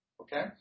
Okay